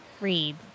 read